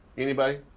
anybody?